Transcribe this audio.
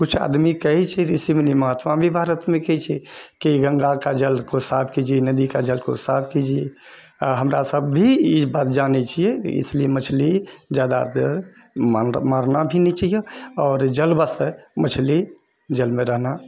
कुछ आदमी कहै छै ऋषि मुनि महात्मा भी भारतमे कहै छै कि गङ्गा का जल को साफ कीजिए नदी का जल को साफ कीजिए आ हमरासब भी ई बात जानै छियै इसलिए मछली ज्यादा देर मार मारना भी नहीं चाहिए आओर जलबासे मछली जलमे रहना